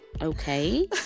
Okay